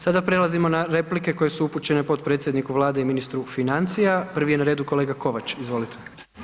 Sada prelazimo na replike koje su upućene potpredsjedniku Vlade i ministru financija, prvi je na redu kolega Kovač, izvolite.